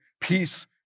peace